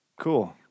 cool